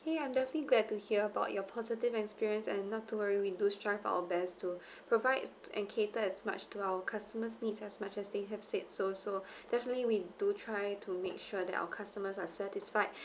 !hey! I'm definitely glad to hear about your positive experience and not to worry we do strive our best to provide and cater as much to our customers needs as much as they have said so so definitely we do try to make sure that our customers are satisfied